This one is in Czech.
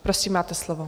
Prosím, máte slovo.